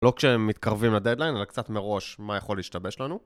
לא כשהם מתקרבים לדדליין, אלא קצת מראש מה יכול להשתבש לנו.